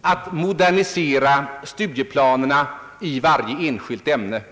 att modernisera studieplanerna inom varje enskilt område.